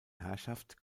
herrschaft